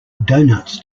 doughnuts